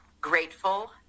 grateful